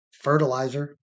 fertilizer